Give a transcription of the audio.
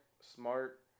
smart